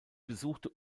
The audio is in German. besuchte